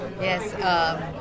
yes